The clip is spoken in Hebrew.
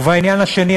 ובעניין השני,